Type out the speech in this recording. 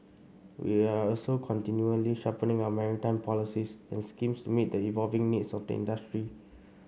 we are also continually sharpening our maritime policies and schemes to meet the evolving needs of the industry